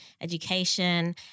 education